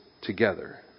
together